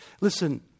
Listen